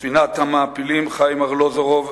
מספינת המעפילים "חיים ארלוזורוב"